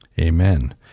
Amen